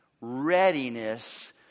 readiness